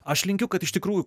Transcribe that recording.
aš linkiu kad iš tikrųjų